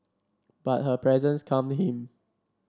but her presence calmed him